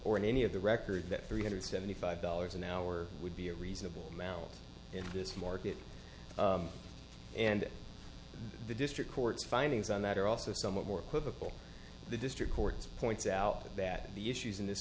or in any of the record that three hundred seventy five dollars an hour would be a reasonable amount in this market and the district court's findings on that are also somewhat more political the district courts points out that the issues in this